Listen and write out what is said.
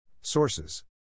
Sources